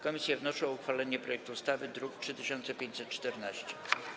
Komisje wnoszą o uchwalenie projektu ustawy z druku nr 3514.